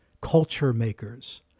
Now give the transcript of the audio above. culture-makers